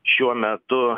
šiuo metu